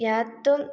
ह्यातून